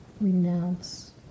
renounce